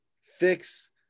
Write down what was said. fix